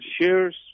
shares